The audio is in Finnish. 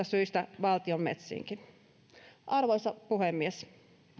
syistä valtion metsiinkin arvoisa puhemies